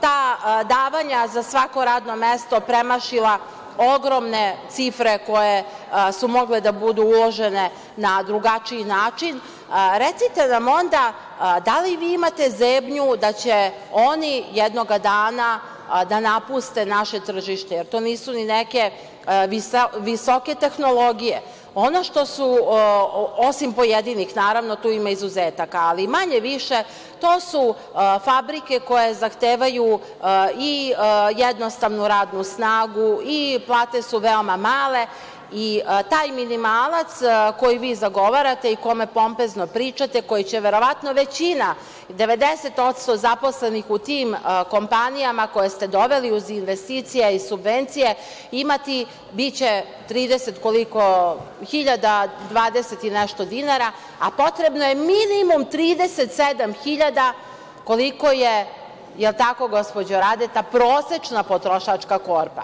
ta davanja za svako radno mesto premašila ogromne cifre koje su mogle da budu uložene na drugačiji način, recite nam onda da li vi imate zebnju da će oni jednoga dana da napuste naše tržište, jer to nisu ni neke visoke tehnologije, osim pojedinih, naravno, tu ima izuzetaka, ali, manje-više, to su fabrike koje zahtevaju i jednostavnu radnu snagu i plate su veoma male i taj minimalac koji vi zagovarate i o kome pompezno pričate, koji će verovatno većina, 90% zaposlenih u tim kompanijama koje ste doveli uz investicije i subvencije, imati 30.020 i nešto dinara, a potrebno je minimum 37.000 dinara, koliko je prosečna potrošačka korpa.